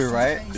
right